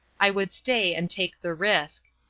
i would stay and take the risk.